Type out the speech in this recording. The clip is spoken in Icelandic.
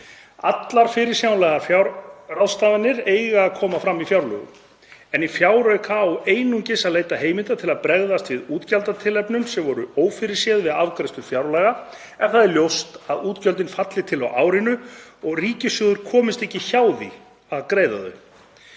Allar fyrirsjáanlegar fjárráðstafanir eiga að koma fram í fjárlögum. En í fjárauka á einungis að leita heimilda til að bregðast við útgjaldatilefnum sem voru ófyrirséð við afgreiðslu fjárlaga ef það er ljóst að útgjöldin falli til á árinu og ríkissjóður komist ekki hjá því að greiða þau.